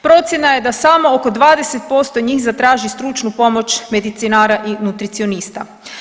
Procjena je da samo oko 20% njih zatraži stručnu pomoć medicinara i nutricionista.